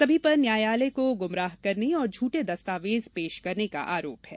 सभी पर न्यायालय को गुमराह करने और झूठे दस्तावेज पेश करने का आरोप है